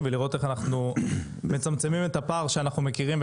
ולראות איך אנחנו מצמצמים את הפער שאנחנו מכירים,